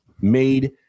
Made